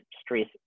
stress